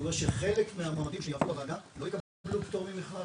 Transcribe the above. זה אומר שחלק מהמועמדים שיעברו בוועדה לא יקבלו פטור ממכרז?